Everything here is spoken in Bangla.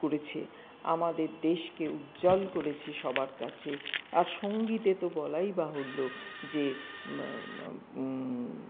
করেছে আমাদের দেশকে উজ্জ্বল করেছে সবার কাছে আর সংগীতে তো বলাই বাহুল্য যে